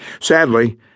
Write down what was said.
Sadly